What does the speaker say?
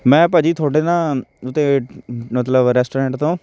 ਮੈਂ ਭਾਅ ਜੀ ਤੁਹਾਡੇ ਨਾ ਉਹਤੇ ਮਤਲਬ ਰੈਸਟੋਰੈਂਟ ਤੋਂ